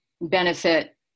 benefit